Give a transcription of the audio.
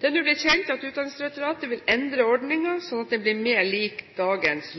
Det er nå blitt kjent at Utdanningsdirektoratet vil endre ordningen, slik at den blir mer lik dagens